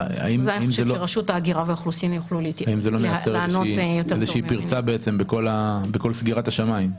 האם זה לא מייצר איזושהי פרצה בעצם בכל סגירת השמיים?